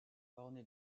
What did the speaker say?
ornée